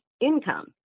income